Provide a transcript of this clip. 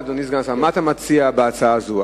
אדוני סגן השר: מה אתה מציע לעשות בהצעה הזאת?